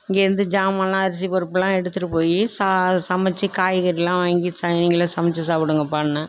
இங்கிருந்து சாமானெல்லாம் அரசி பருப்பெல்லாம் எடுத்துகிட்டுப் போய் ச சமைத்து காய்கறியெல்லாம் வாங்கி நீங்களே சமைத்து சாப்பிடுங்கப்பானேன்